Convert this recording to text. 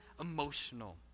emotional